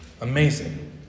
Amazing